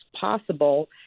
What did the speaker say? possible